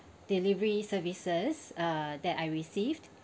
delivery services uh that I received